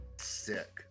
sick